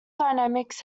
dynamics